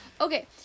Okay